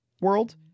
world